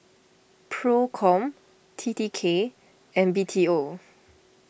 Procom T T K and B T O